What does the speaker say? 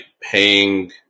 paying